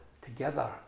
together